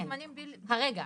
הרגע.